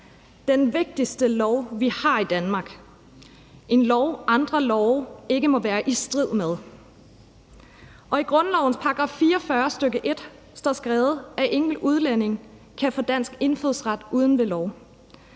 den vigtigste lov, vi har i Danmark, en lov, andre love ikke må være i strid med. Og i grundlovens § 44, stk. 1, står skrevet, at ingen udlænding kan få dansk indfødsret uden ved lov.